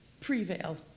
prevail